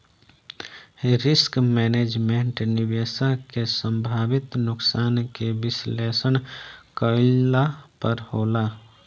risk management, निवेशक के संभावित नुकसान के विश्लेषण कईला पर होला